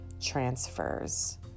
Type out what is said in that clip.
transfers